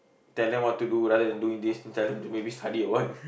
tell them what to do rather than doing this tell them to maybe study or what